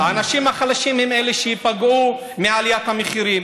האנשים החלשים הם אלה שייפגעו מעליית המחירים.